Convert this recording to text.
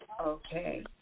Okay